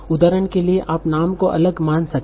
उदाहरण के लिए आप नाम को अलग मान सकते हैं